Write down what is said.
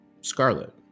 Scarlet